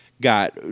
got